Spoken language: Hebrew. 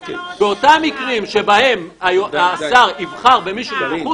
אז למה לא --- באותם מקרים שבהם השר יבחר במישהו מבחוץ,